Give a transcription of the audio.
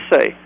say